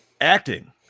acting